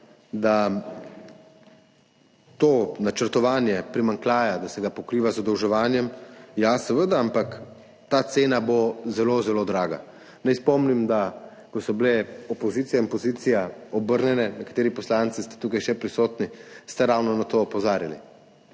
da to načrtovanje primanjkljaja, da se ga pokriva z zadolževanjem – ja, seveda, ampak ta cena bo zelo zelo draga. Naj spomnim, da ko sta bili opozicija in pozicija obrnjeni, nekateri poslanci ste tukaj še prisotni, ste ravno na to opozarjali